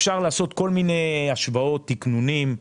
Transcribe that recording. אפשר לעשות כל מיני השוואות, תקנונים,